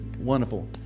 wonderful